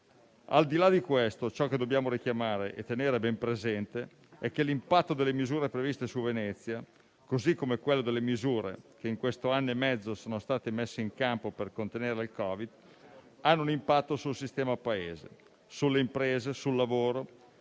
Al di là di questo, ciò che dobbiamo richiamare e tenere ben presente è che l'impatto delle misure previste su Venezia, così come quello delle misure che in questo anno e mezzo sono state messe in campo per contenere il Covid, hanno un impatto sul sistema Paese, sulle imprese, sul lavoro